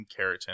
keratin